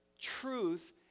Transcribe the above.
truth